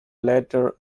latter